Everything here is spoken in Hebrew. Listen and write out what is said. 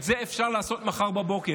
את זה אפשר לעשות מחר בבוקר.